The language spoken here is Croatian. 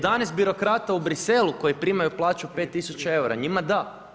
11 birokrata u Bruxellesu koje primaju plaće 5000 eura, njima da.